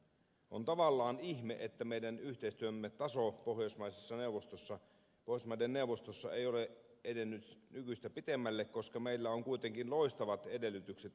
on tavallaan ihme että meidän yhteistyömme taso pohjoismaiden neuvostossa ei ole edennyt nykyistä pitemmälle koska meillä on kuitenkin loistavat edellytykset yhteistyölle